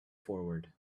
forward